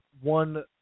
one